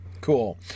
cool